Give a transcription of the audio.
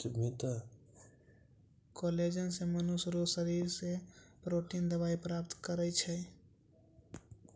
collagen से मनुष्य रो शरीर से प्रोटिन दवाई प्राप्त करै छै